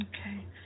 Okay